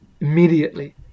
immediately